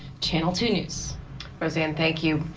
channel two news roseanne. thank you.